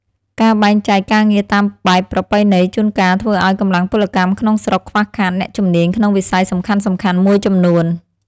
ការបែងចែកការងារតាមបែបប្រពៃណីជួនកាលធ្វើឱ្យកម្លាំងពលកម្មក្នុងស្រុកខ្វះខាតអ្នកជំនាញក្នុងវិស័យសំខាន់ៗមួយចំនួន។